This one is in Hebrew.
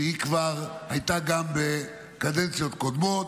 שהיא כבר הייתה גם בקדנציות קודמות,